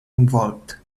involved